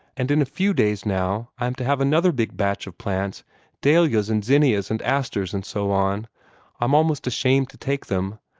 and in a few days, now, i am to have another big batch of plants dahlias and zinnias and asters and so on i'm almost ashamed to take them.